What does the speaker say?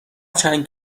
چند